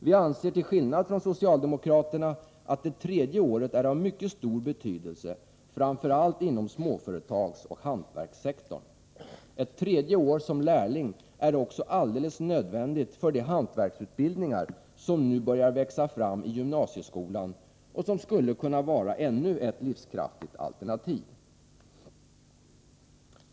Vi anser till skillnad från :socialdemokraterna att det tredje året är av mycket stor betydelse, framför allt inom småföretagsoch hantverkssektorn. Ett tredje år som lärling är också alldeles nödvändigt för de hantverksutbildningar som nu börjar växa fram i gymnasieskolan och som skulle kunna vara ännu ett livskraftigt alternativ.